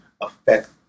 affect